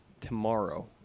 tomorrow